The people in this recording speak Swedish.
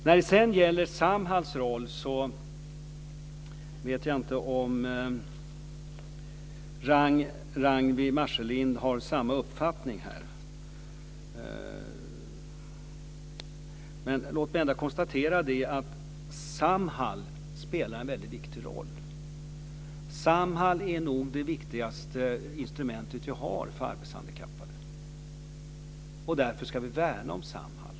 När det sedan gäller Samhalls roll vet jag inte vilken uppfattning Ragnwi Marcelind har. Låt mig ändå konstatera att Samhall spelar en väldigt viktig roll. Samhall är nog det viktigaste instrument vi har för arbetshandikappade, och därför ska vi värna om Samhall.